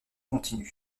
continues